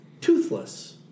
toothless